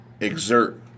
exert